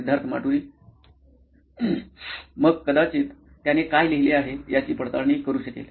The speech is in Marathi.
सिद्धार्थ माटुरी मुख्य कार्यकारी अधिकारी नॉइन इलेक्ट्रॉनिक्स मग कदाचित त्याने काय लिहिले आहे याची पडताळणी करू शकेल